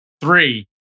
Three